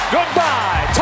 Goodbye